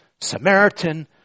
Samaritan